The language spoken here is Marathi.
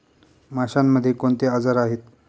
माशांमध्ये कोणते आजार आहेत?